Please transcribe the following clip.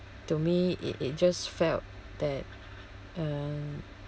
to me it it just felt that uh